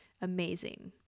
Amazing